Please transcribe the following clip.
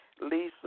Lisa